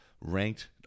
ranked